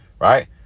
right